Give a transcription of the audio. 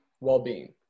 well-being